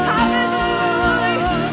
Hallelujah